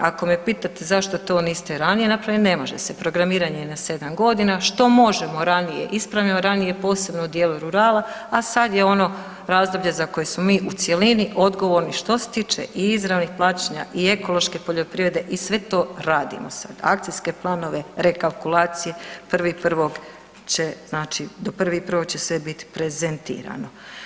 Ako me pitate zašto to niste ranije napravili, ne može se programiranje je na 7.g., što možemo ranije ispravljamo ranije, posebno u dijelu rurala, a sad je ono razdoblje za koje smo mi u cjelini odgovorni što se tiče i izravnih plaćanja i ekološke poljoprivrede i sve to radimo sad, akcijske planove, rekalkulacije, znači do 1.1. će sve bit prezentirano.